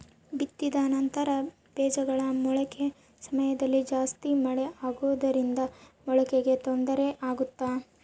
ಬಿತ್ತಿದ ನಂತರ ಬೇಜಗಳ ಮೊಳಕೆ ಸಮಯದಲ್ಲಿ ಜಾಸ್ತಿ ಮಳೆ ಆಗುವುದರಿಂದ ಮೊಳಕೆಗೆ ತೊಂದರೆ ಆಗುತ್ತಾ?